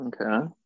Okay